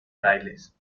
frailes